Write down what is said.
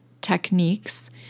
techniques